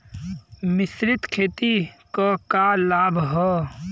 मिश्रित खेती क का लाभ ह?